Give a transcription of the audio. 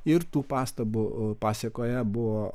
ir tų pastabų pasakoje buvo